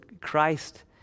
Christ